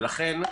ולכן,